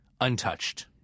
untouched